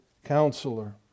Counselor